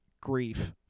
grief